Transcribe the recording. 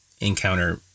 encounter